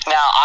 Now